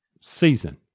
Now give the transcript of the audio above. season